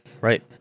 Right